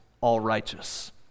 all-righteous